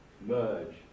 merge